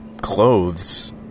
clothes